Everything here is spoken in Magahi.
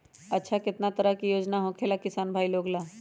अच्छा कितना तरह के योजना होखेला किसान भाई लोग ला?